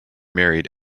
married